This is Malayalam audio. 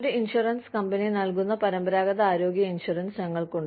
ഒരു ഇൻഷുറൻസ് കമ്പനി നൽകുന്ന പരമ്പരാഗത ആരോഗ്യ ഇൻഷുറൻസ് ഞങ്ങൾക്കുണ്ട്